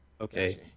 Okay